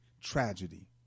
tragedy